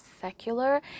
secular